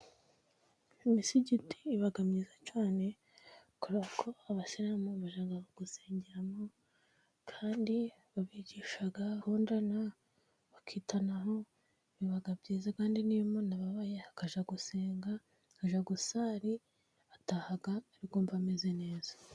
Imisigiti iba myiza cyane kubera ko abasiramu bajya gusengeramo, kandi babigisha gukundana, bakitanaho biba byiza, kandi niyo umuntu abababaye akajya gusenga, akajya gusari, ataha ari kumva ameze neza.